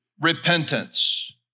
repentance